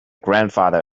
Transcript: grandfather